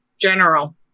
general